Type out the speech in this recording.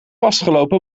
vastgelopen